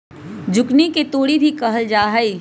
zucchini के तोरी भी कहल जाहई